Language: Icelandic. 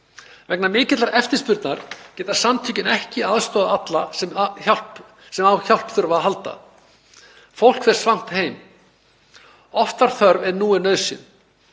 Vegna mikillar eftirspurnar geta samtökin ekki aðstoðað alla sem þurfa á hjálp að halda. Fólk fer svangt heim. Oft var þörf en nú er nauðsyn.